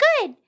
good